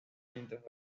mientras